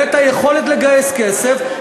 והיכולת לגייס כסף,